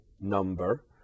number